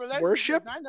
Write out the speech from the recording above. Worship